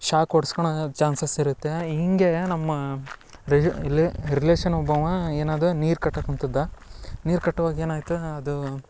shock ಹೊಡ್ಸ್ಕಣ chances ಇರುತ್ತೆ ಹಿಂಗೆ ನಮ್ಮ ರಿಜಿ ರಿಲೇಶನ್ ಒಬ್ಬವ ಏನಾದ ನೀರು ಕಟ್ಟಕ್ಕೆ ಕೂತಿದ್ದ ನೀರು ಕಟ್ಟುವಾಗ ಏನಾಯ್ತು ಅದು